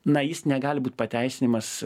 na jis negali būt pateisinimas